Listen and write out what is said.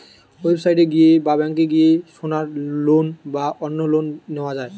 website এ গিয়ে বা ব্যাংকে গিয়ে সোনার লোন বা অন্য লোন নেওয়া যায়